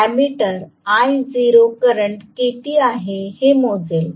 आता ammeter I0 current किती आहे हे मोजेल